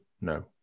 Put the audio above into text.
No